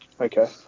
Okay